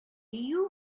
дию